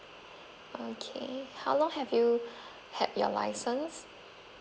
okay how long have you had your license